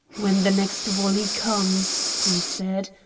when the next volley comes, he said,